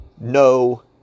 no